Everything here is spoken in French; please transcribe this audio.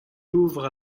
ouvre